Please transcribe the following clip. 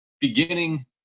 beginning